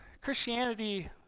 Christianity